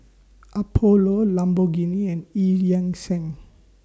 Apollo Lamborghini and EU Yan Sang